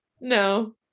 no